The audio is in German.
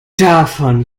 davon